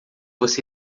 você